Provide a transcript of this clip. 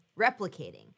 replicating